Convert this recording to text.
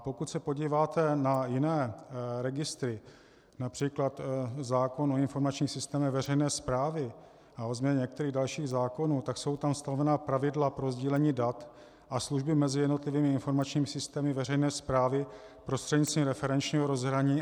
Pokud se podíváte na jiné registry, například zákon o informačních systémech veřejné správy a o změně některých dalších zákonů, jsou tam stanovena pravidla pro sdílení dat a služby mezi jednotlivými informačními systémy veřejné správy prostřednictvím referenčního rozhraní atd. atd.